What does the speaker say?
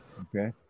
Okay